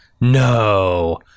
no